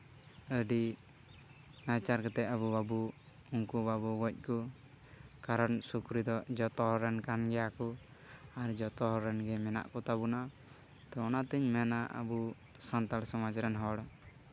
ᱟᱹᱰᱤ ᱱᱟᱦᱟᱪᱟᱨ ᱠᱟᱛᱮᱫ ᱟᱵᱚ ᱵᱟᱵᱚ ᱩᱱᱠᱩ ᱵᱟᱵᱚ ᱜᱚᱡ ᱠᱚ ᱠᱟᱨᱚᱱ ᱥᱩᱠᱨᱤ ᱫᱚ ᱡᱚᱛᱚ ᱦᱚᱲ ᱨᱮᱱ ᱠᱟᱱ ᱜᱮᱭᱟ ᱠᱚ ᱟᱨ ᱡᱚᱛᱚ ᱦᱚᱲ ᱨᱮᱱ ᱜᱮ ᱢᱮᱱᱟᱜ ᱠᱚᱛᱟᱵᱚᱱᱟ ᱛᱳ ᱚᱱᱟᱛᱤᱧ ᱢᱮᱱᱟ ᱟᱵᱚ ᱥᱟᱱᱛᱟᱲ ᱥᱚᱢᱟᱡᱽ ᱨᱮᱱ ᱦᱚᱲ